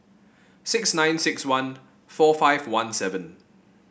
six nine six one four five one seven